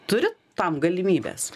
turit tam galimybes